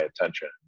attention